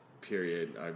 period